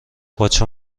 باچه